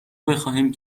بخواهیم